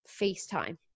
FaceTime